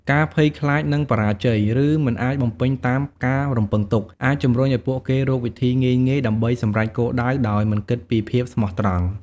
ការភ័យខ្លាចនឹងបរាជ័យ ឬមិនអាចបំពេញតាមការរំពឹងទុក អាចជំរុញឱ្យពួកគេរកវិធីងាយៗដើម្បីសម្រេចគោលដៅ ដោយមិនគិតពីភាពស្មោះត្រង់។